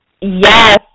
Yes